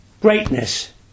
greatness